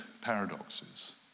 paradoxes